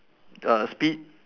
err speed